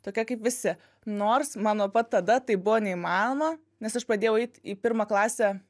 tokia kaip visi nors mano pat tada tai buvo neįmanoma nes aš pradėjau eit į pirmą klasę